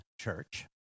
church